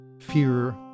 fear